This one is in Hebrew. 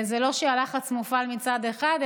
זה לא שהלחץ מופעל מצד אחד,